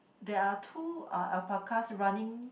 there are two alpacas running